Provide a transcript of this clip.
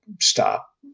stop